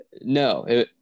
no